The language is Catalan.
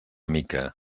mica